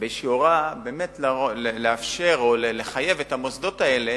באיזו הוראה באמת לאפשר או לחייב את המוסדות האלה,